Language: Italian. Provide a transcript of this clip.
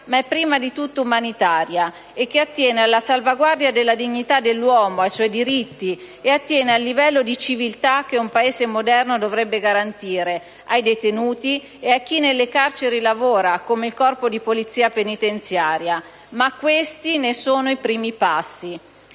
ma prima di tutto umanitaria e che attiene alla salvaguardia della dignità dell'uomo, ai suoi diritti, e attiene al livello di civiltà che un Paese moderno dovrebbe garantire ai detenuti e a chi nelle carceri lavora, come il Corpo della Polizia penitenziaria. Questi ne sono però i primi passi.